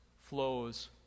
flows